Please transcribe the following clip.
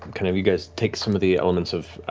kind of you guys take some of the elements of